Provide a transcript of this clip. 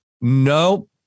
No